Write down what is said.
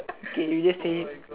okay you just say